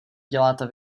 děláte